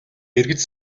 эргэж